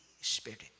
Spirit